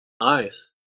Nice